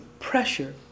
pressure